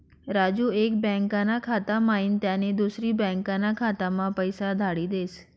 राजू एक बँकाना खाता म्हाईन त्यानी दुसरी बँकाना खाताम्हा पैसा धाडी देस